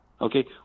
Okay